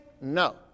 No